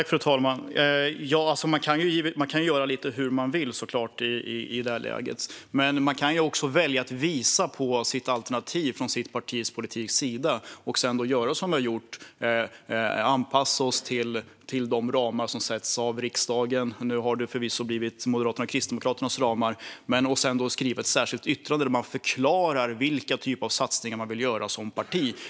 Fru talman! Man kan såklart göra lite som man vill i detta läge. Man kan dock också välja att visa på sitt alternativ från sitt partis politiks sida och sedan göra som vi har gjort och anpassa sig till de ramar som sätts av riksdagen - nu har det förvisso blivit Moderaternas och Kristdemokraternas ramar - och sedan skriva ett särskilt yttrande där man förklarar vilken typ av satsningar man vill göra som parti.